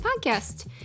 podcast